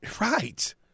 Right